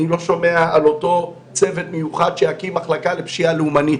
אני לא שומע על אותו צוות מיוחד שיקים מחלקה לפשיעה לאומנית,